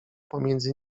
pomiędzy